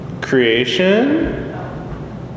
Creation